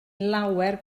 lawer